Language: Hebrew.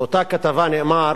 באותה כתבה נאמר